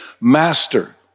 Master